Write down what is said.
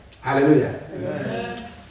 Hallelujah